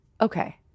Okay